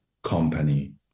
company